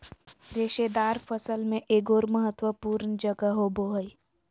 रेशेदार फसल में एगोर महत्वपूर्ण जगह होबो हइ